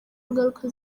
ingaruka